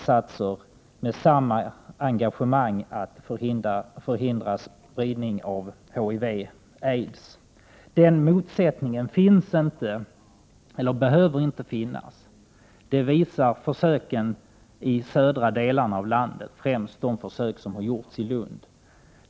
Den motsättningen behöver inte finnas, De har samma engagemang att förhindra spridning av HIV och aids. Det visar försöken i de södra delarna av landet, främst i Lund.